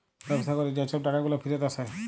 ব্যবসা ক্যরে যে ছব টাকাগুলা ফিরত আসে